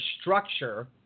structure